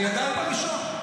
אני עדיין בראשון.